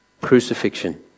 crucifixion